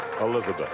Elizabeth